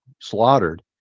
slaughtered